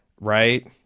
Right